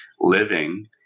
living